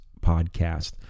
podcast